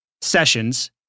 sessions